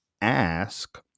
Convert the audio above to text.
ask